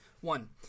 one